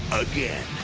again.